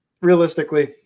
realistically